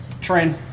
Train